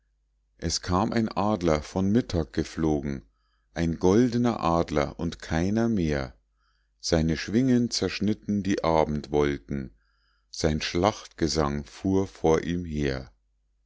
es kam ein adler von mittag geflogen ein goldener adler und keiner mehr seine schwingen zerschnitten die abendwolken sein schlachtgesang fuhr vor ihm her